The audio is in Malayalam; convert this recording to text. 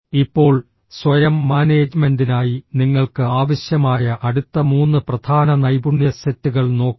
ഇപ്പോൾ സ്വയം മാനേജ്മെന്റിനായി നിങ്ങൾക്ക് ആവശ്യമായ അടുത്ത മൂന്ന് പ്രധാന നൈപുണ്യ സെറ്റുകൾ നോക്കാം